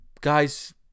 guys